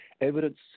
evidence